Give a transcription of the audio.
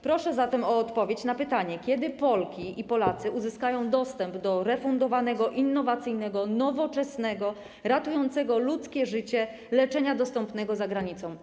Proszę zatem o odpowiedź na pytanie, kiedy Polki i Polacy uzyskają dostęp do refundowanego, innowacyjnego, nowoczesnego, ratującego ludzkie życie leczenia dostępnego za granicą.